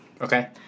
Okay